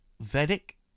Vedic